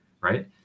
right